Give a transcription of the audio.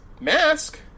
Mask